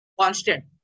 constant